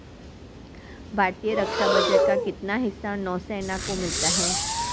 भारतीय रक्षा बजट का कितना हिस्सा नौसेना को मिलता है?